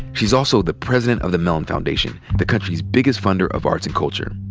she's also the president of the mellon foundation, the country's biggest funder of arts and culture.